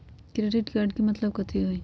Credit card के मतलब कथी होई?